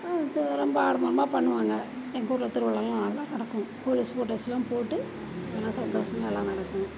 தெ அதெல்லாம் ரொம்ப ஆடம்பரமாக பண்ணுவாங்க எங்கள் ஊரில் திருவிழாலாம் நல்லா நடக்கும் போலீஸ் கோட்டர்ஸ்லாம் போட்டு நல்லா சந்தோஷமா நல்லா நடக்கும்